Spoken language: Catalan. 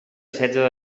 setze